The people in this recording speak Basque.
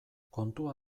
kontua